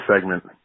segment